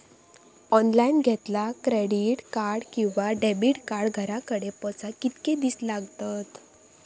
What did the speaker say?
Online घेतला credit card किंवा debit card घराकडे पोचाक कितके दिस लागतत?